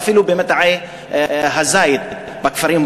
ואפילו במטעי הזית בכפרים,